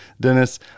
Dennis